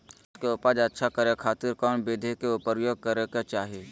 प्याज के उपज अच्छा करे खातिर कौन विधि के प्रयोग करे के चाही?